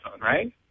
Right